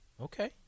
Okay